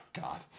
god